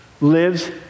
lives